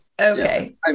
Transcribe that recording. Okay